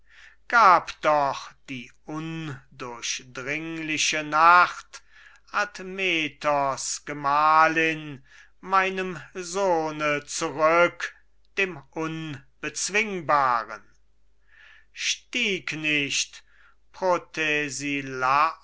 gab doch die undurchdringliche nacht admetos gemahlin meinem sohne zurück dem unbezwingbaren stieg nicht